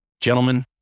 Gentlemen